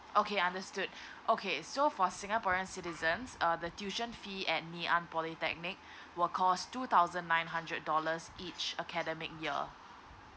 okay understood okay so for singaporean citizens uh the tuition fee at ngee ann polytechnic will cost two thousand nine hundred dollars each academic year